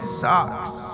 socks